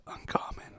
uncommon